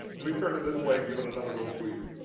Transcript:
i mean turn it this way and give it another little squeeze.